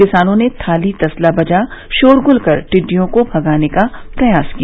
किसानों ने थाली तसला बजा शोर गुल कर टिड़ियों को भगाने का प्रयास किया